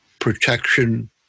protection